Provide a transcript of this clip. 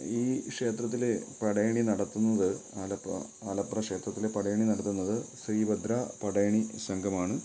ഈ ക്ഷേത്രത്തിലെ പടയണി നടത്തുന്നത് ആലത്തറ ആലത്തറ ക്ഷേത്രത്തിലെ പടയണി നടത്തുന്നത് ശ്രീ ഭദ്ര പടയണി സംഘമാണ്